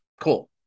cool